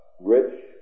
rich